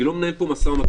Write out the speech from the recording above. אני לא מנהל פה משא ומתן,